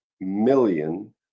million